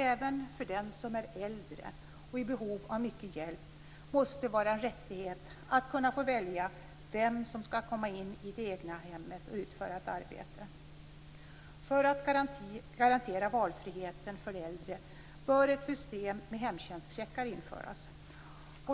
Även för den som är äldre och i behov av mycket hjälp måste det vara en rättighet att få välja vem som skall komma in i det egna hemmet för att utföra ett arbete. För att garantera valfriheten för äldre bör ett system med hemtjänstcheckar införas.